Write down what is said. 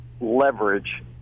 leverage